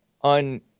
On